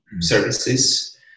services